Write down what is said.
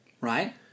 Right